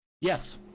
yes